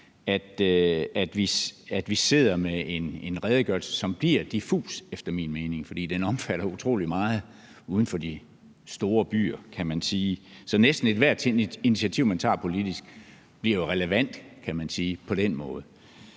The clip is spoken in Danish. at vi sidder med en redegørelse, som efter min mening bliver diffus, fordi den omfatter utrolig meget uden for de store byer, sådan at næsten ethvert initiativ, man tager politisk, jo på den måde bliver relevant, kan man sige. Jeg synes